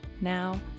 Now